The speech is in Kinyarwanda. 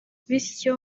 bityo